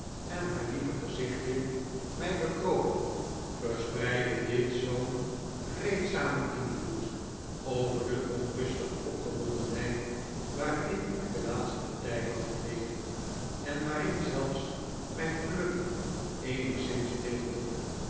en haar lieve gezichtje mij bekroop verspreidde dit zoo'n vreedzamen invloed over de onrustige opgewondenheid waarin ik den laatsten tijd had geleefd en waarin zelfs mijn geluk eenigszins deelde